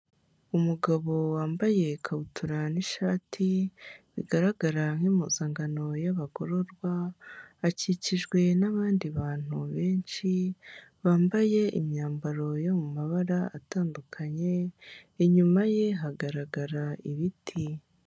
Umugabo wambaye ikabutura n'ishati bigaragara nk'impuzangano y'abagororwa, akikijwe n'abandi bantu benshi bambaye imyambaro yo mu mabara atandukanye, inyuma ye hagaragara ibiti.